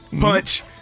punch